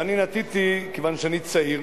ואני נטיתי, כיוון שאני צעיר,